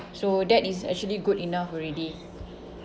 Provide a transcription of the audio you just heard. so that is actually good enough already